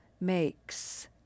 makes